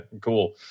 cool